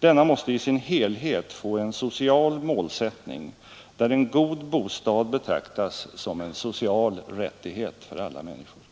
Denna måste i sin helhet få en social målsättning, där en god bostad betraktas som en social rättighet för alla människor.